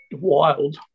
wild